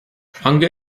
hunger